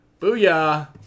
booyah